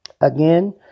Again